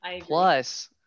Plus